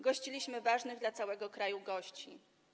Gościliśmy ważnych dla całego kraju gości.